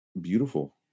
beautiful